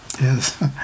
Yes